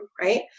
right